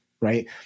right